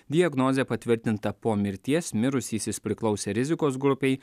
diagnozė patvirtinta po mirties mirusysis priklausė rizikos grupei